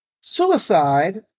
suicide